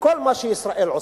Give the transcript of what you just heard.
בכל מה שישראל עושה.